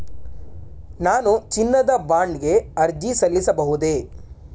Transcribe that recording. ನಾನು ಚಿನ್ನದ ಬಾಂಡ್ ಗೆ ಅರ್ಜಿ ಸಲ್ಲಿಸಬಹುದೇ?